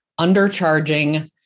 undercharging